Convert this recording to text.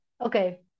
okay